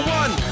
one